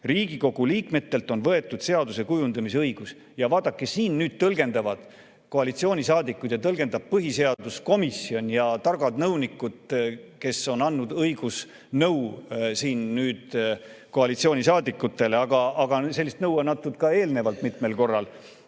Riigikogu liikmetelt on võetud seaduse kujundamise õigus. Ja vaadake, siin nüüd tõlgendavad koalitsioonisaadikud ja tõlgendab põhiseaduskomisjon ja targad nõunikud, kes on andnud õigusnõu koalitsioonisaadikutele, aga sellist nõu on antud ka eelnevalt mitmel korral